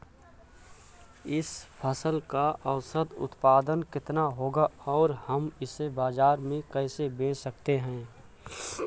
इस फसल का औसत उत्पादन कितना होगा और हम इसे बाजार में कैसे बेच सकते हैं?